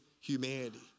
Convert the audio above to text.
humanity